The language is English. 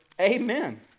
Amen